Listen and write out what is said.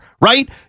Right